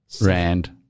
rand